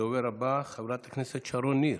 הדוברת הבאה, חברת הכנסת שרון ניר.